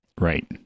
Right